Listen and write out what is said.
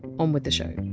on with the show